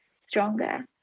stronger